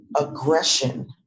aggression